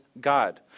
God